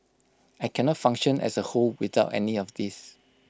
I cannot function as A whole without any one of these